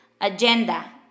agenda